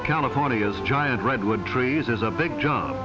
of california's giant redwood trees is a big job